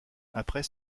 après